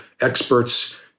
experts